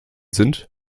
sind